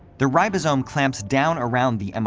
the ribosome clamps down around the um